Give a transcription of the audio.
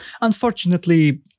unfortunately